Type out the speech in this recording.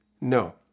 no